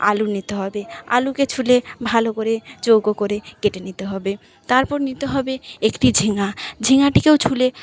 আলু নিতে হবে আলুকে ছুলে ভালো করে চৌকো করে কেটে নিতে হবে তারপর নিতে হবে একটি ঝিঙা ঝিঙাটিকেও ছুলে